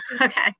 Okay